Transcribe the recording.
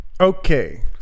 Okay